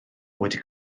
wedi